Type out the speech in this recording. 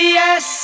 yes